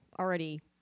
already